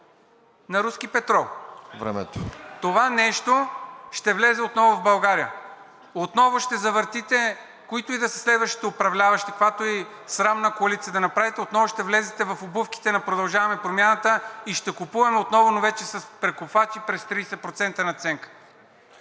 ЦОНЧО ГАНЕВ: Това нещо ще влезе отново в България. Отново ще завъртите, които и да са следващите управляващи, каквато и срамна коалиция отново да направите, отново ще влезете в обувките на „Продължаваме Промяната“ и ще купуваме отново, но вече с прекупвачи през 30% надценка.